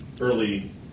early